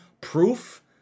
proof